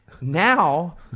Now